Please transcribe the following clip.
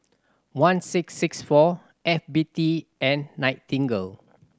one six six four F B T and Nightingale